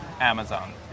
Amazon